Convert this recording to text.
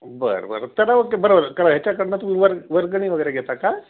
बरं बरं तर ओके बरोबर आहे खरं आहे ह्याच्याकडून तू वर वर्गणी वगैरे घेता का